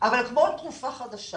אבל כמו תרופה חדשה